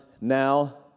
now